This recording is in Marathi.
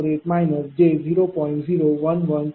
0155748 j0